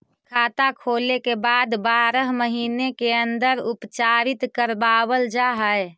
खाता खोले के बाद बारह महिने के अंदर उपचारित करवावल जा है?